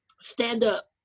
stand-up